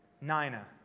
Nina